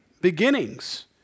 Beginnings